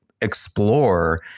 explore